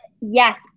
yes